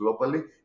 globally